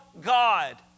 God